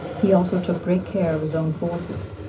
he also took great care of his own forces,